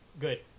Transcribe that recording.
Good